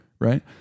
right